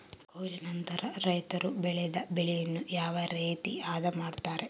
ಕೊಯ್ಲು ನಂತರ ರೈತರು ಬೆಳೆದ ಬೆಳೆಯನ್ನು ಯಾವ ರೇತಿ ಆದ ಮಾಡ್ತಾರೆ?